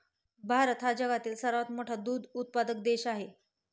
भारत हा जगातील सर्वात मोठा दूध उत्पादक देश आहे